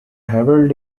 herald